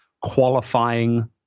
qualifying